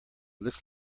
looks